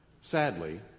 Sadly